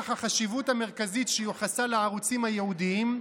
הערוצים הייעודיים,